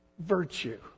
Virtue